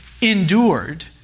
endured